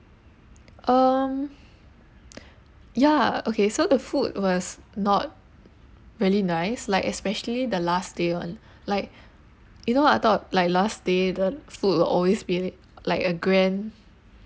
um ya okay so the food was not really nice like especially the last day [one] like you know I thought like last day the food will always be like a grand